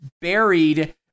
buried